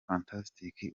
fantastic